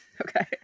Okay